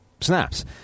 snaps